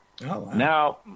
Now